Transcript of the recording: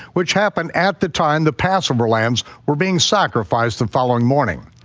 which happened at the time the passover lambs were being sacrificed the following morning.